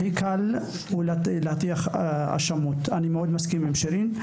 הכי קל זה להטיח האשמות, אני מאוד מסכים עם שירין.